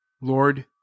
lord